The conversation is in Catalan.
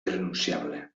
irrenunciable